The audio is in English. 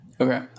Okay